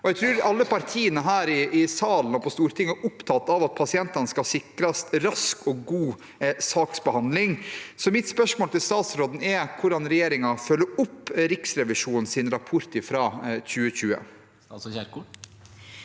Jeg tror alle partiene her i salen og på Stortinget er opptatt av at pasientene skal sikres rask og god saksbehandling, så mitt spørsmål til statsråden er hvordan regjeringen følger opp Riksrevisjonens rapport fra 2020.